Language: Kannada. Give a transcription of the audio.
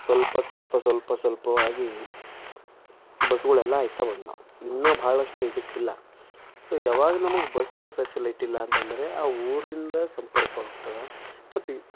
ಸಲ್ಪ ಸಲ್ಪ ಸಲ್ಪ ಸಲ್ಪವಾಗಿ ಬಸ್ಗಳೆಲ್ಲ ಇತ್ತ ಬಂದಾವ್ ಇನ್ನೂ ಬಹಳಷ್ಟು ಇದಕ್ಕಿಲ್ಲ ಸೊ ಯಾವಾಗ ನಮಗೆ ಬಸ್ಗಳ ಫೆಸಿಲಿಟಿ ಇಲ್ಲಾಂತಂದ್ರೆ ಆ ಊರಿಂದ ಸಂಪರ್ಕ ಹೋಗ್ತದೆ ಪ್ರತಿ